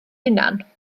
hunan